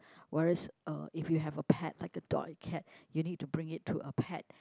whereas uh if you have a pet like a dog or cat you need to bring it to a pet